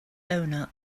owner